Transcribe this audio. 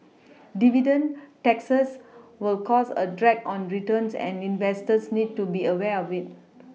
dividend taxes will cause a drag on returns and investors need to be aware of it